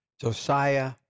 Josiah